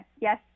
Yes